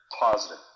positive